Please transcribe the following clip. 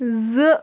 زٕ